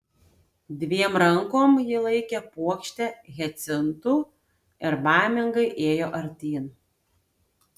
dviem rankom ji laikė puokštę hiacintų ir baimingai ėjo artyn